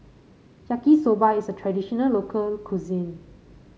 Yaki Soba is a traditional local cuisine